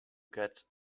get